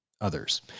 others